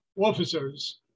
officers